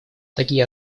такие